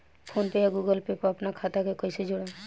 PhonePe या Google Pay पर अपना खाता के कईसे जोड़म?